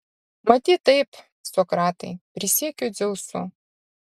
matyt taip sokratai prisiekiu dzeusu